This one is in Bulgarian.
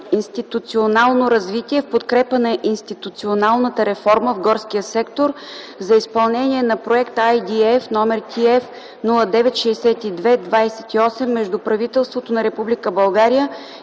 институционално развитие в подкрепа на институционалната реформа в горския сектор за изпълнение на проект IDF № TF-096228 между правителството на Република България